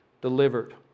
delivered